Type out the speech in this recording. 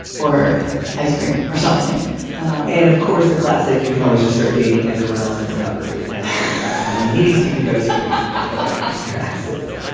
or ice cream or something and of course the classic you can always just start dating everyone else in recovery and having meetings you can go to because it's full access